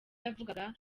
yavugaga